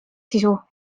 sisu